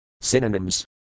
Synonyms